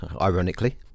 ironically